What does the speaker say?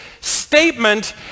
statement